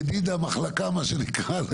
ידיד המחלקה מה שנקרא,